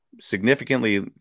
significantly